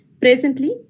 Presently